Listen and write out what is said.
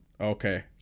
Okay